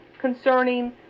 concerning